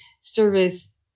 service